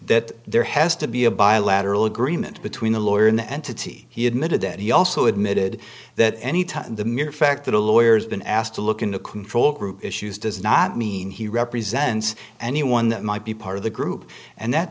that there has to be a bilateral agreement between the lawyer and the entity he admitted that he also admitted that any time the mere fact that a lawyer has been asked to look into control issues does not mean he represents anyone that might be part of the group and that